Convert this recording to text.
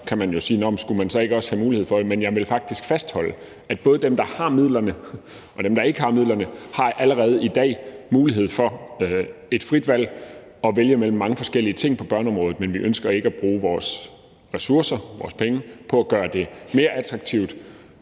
kan man jo spørge, om der så ikke også skulle være mulighed for det, men jeg vil faktisk fastholde, at både dem, der har midlerne, og dem, der ikke har midlerne, allerede i dag har mulighed for et fritvalg og at vælge mellem mange forskellige ting på børneområdet. Vi ønsker ikke at bruge vores ressourcer, vores penge på at gøre det mere attraktivt,